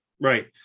right